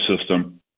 system